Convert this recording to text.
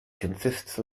consists